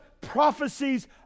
prophecies